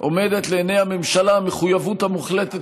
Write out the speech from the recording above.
עומדת לעיני הממשלה המחויבות המוחלטת